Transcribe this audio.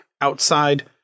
outside